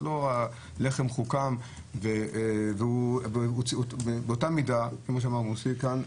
זה לא לחם חוקם ובאותה מידה כמו שאמר מוסי כאן,